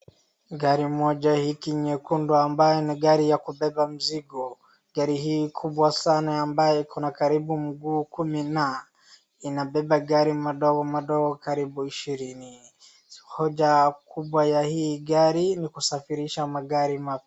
Gari moja hiki nyekundu ambalo ni gari ya kubeba mizigo. Gari hii ni kubwa sana ambayo iko na karibu mguu kumi na. Inabeba gari madogo madogo karibu ishirini. Hoja kubwa ya hii gari ni kusafirisha magari.